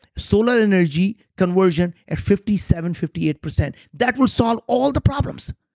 solar energy conversion at fifty seven, fifty eight percent, that will solve all the problems.